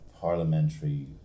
parliamentary